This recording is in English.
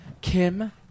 Kim